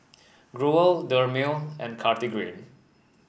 Growell Dermale and Cartigain